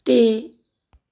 ਅਤੇ